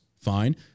fine